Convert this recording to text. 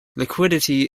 liquidity